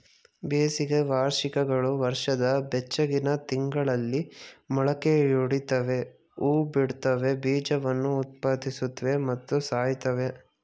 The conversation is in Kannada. ಬೇಸಿಗೆ ವಾರ್ಷಿಕಗಳು ವರ್ಷದ ಬೆಚ್ಚಗಿನ ತಿಂಗಳಲ್ಲಿ ಮೊಳಕೆಯೊಡಿತವೆ ಹೂಬಿಡ್ತವೆ ಬೀಜವನ್ನು ಉತ್ಪಾದಿಸುತ್ವೆ ಮತ್ತು ಸಾಯ್ತವೆ